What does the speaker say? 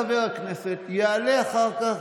חבר הכנסת אבוטבול,